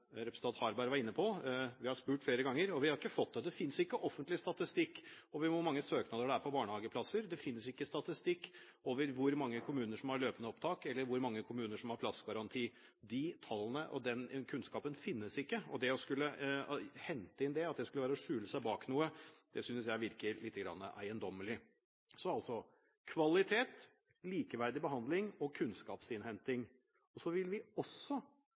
Harberg var inne på, har vi spurt flere ganger uten å ha fått den. Det finnes ikke offentlig statistikk over hvor mange søknader det er om barnehageplasser. Det finnes ikke statistikk over hvor mange kommuner som har løpende opptak eller plassgaranti. De tallene og den kunnskapen finnes ikke, og at det å skulle hente inn det skal være å skjule seg bak noe, synes jeg virker lite grann eiendommelig. Altså: kvalitet, likeverdig behandling og kunnskapsinnhenting. Vi vil også se på barnehageopptaket, og